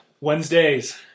Wednesdays